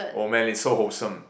oh man it's so wholesome